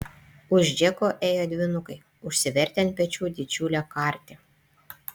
už džeko ėjo dvynukai užsivertę ant pečių didžiulę kartį